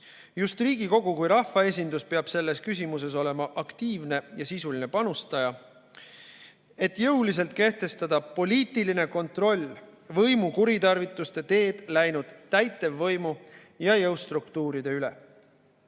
Just Riigikogu kui rahvaesindus peab selles küsimuses olema aktiivne ja sisuline panustaja, et jõuliselt kehtestada poliitiline kontroll võimu kuritarvituste teed läinud täitevvõimu ja jõustruktuuride üle.